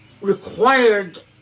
required